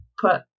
put